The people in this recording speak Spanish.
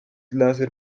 láser